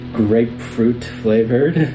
grapefruit-flavored